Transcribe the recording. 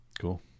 Cool